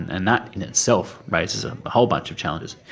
and and that in itself raises a whole bunch of challenges.